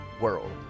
world